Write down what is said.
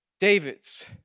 David's